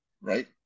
right